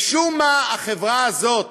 משום מה, החברה הזאת